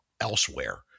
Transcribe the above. elsewhere